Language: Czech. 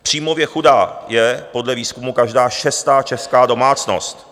Příjmově chudá je podle výzkumu každá šestá česká domácnost.